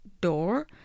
door